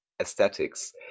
aesthetics